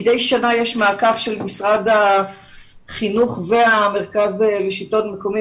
מדי שנה יש מעקב של משרד החינוך והמרכז לשלטון מקומי